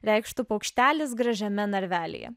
reikštų paukštelis gražiame narvelyje